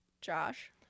Josh